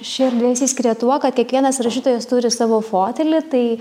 ši erdvė išsiskiria tuo kad kiekvienas rašytojas turi savo fotelį tai